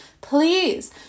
please